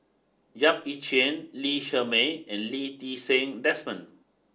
Yap Ee Chian Lee Shermay and Lee Ti Seng Desmond